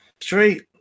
straight